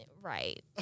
Right